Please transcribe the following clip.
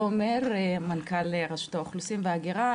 תומר, מנכ"ל רשות האוכלוסין וההגירה.